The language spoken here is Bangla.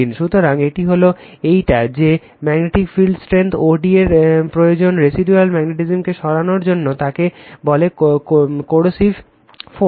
সুতরাং এটি আসলে এইটা যে magnetic field strength o d র প্রয়োজন রেসিডুয়াল ম্যাগগ্নেটিসমকে সরানোর জন্য তাকে বলে কোয়ারসিভ ফোর্স